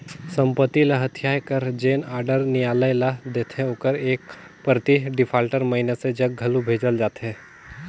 संपत्ति ल हथियाए कर जेन आडर नियालय ल देथे ओकर एक प्रति डिफाल्टर मइनसे जग घलो भेजल जाथे